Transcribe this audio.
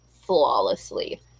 flawlessly